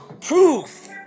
proof